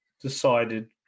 decided